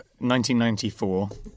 1994